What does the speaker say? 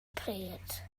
pryd